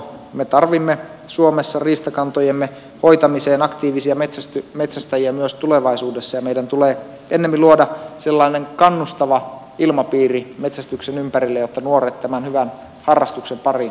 me tarvitsemme suomessa riistakantojemme hoitamiseen aktiivisia metsästäjiä myös tulevaisuudessa ja meidän tulee ennemmin luoda sellainen kannustava ilmapiiri metsästyksen ympärille jotta nuoret tämän hyvän harrastuksen pariin hakeutuvat